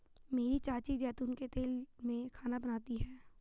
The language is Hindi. मेरी चाची जैतून के तेल में खाना बनाती है